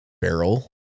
barrel